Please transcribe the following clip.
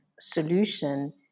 solution